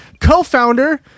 co-founder